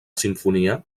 simfonia